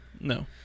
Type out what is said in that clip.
no